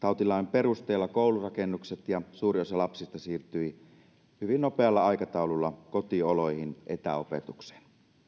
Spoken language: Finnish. perusteella koulurakennukset ja suuri osa lapsista siirtyi hyvin nopealla aikataululla kotioloihin etäopetukseen